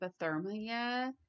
hypothermia